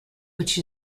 which